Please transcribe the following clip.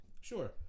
Sure